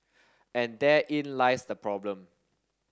and therein lies the problem